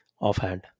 offhand